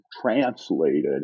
translated